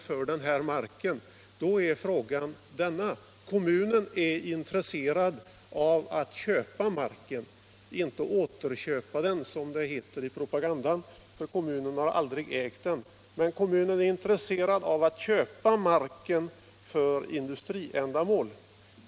Kommunen är intresserad av att för industriändamål köpa den här marken — inte återköpa den, som det heter i propagandan, för kommunen I har aldrig ägt den.